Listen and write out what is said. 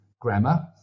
grammar